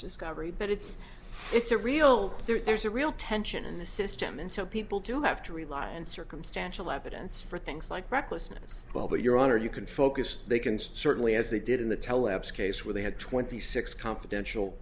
discovery but it's it's a real there's a real tension in the system and so people do have to rely on circumstantial evidence for things like recklessness well but your honor you can focus they can certainly as they did in the tel apps case where they had twenty six confidential